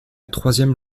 troisième